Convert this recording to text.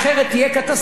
אני מעדיף את זה.